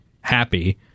happy